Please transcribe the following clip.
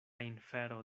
infero